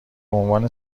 بعنوان